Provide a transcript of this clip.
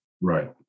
Right